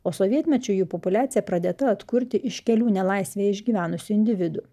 o sovietmečiu jų populiacija pradėta atkurti iš kelių nelaisvėje išgyvenusių individų